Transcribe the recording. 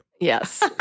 Yes